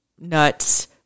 nuts